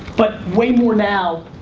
but way more now,